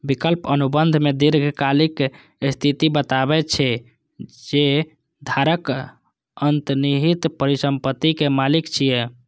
विकल्प अनुबंध मे दीर्घकालिक स्थिति बतबै छै, जे धारक अंतर्निहित परिसंपत्ति के मालिक छियै